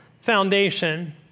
foundation